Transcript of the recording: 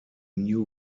new